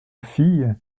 fille